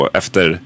efter